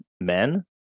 men